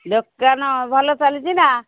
ଦୋକାନ ଭଲ ଚାଲିଛି ନା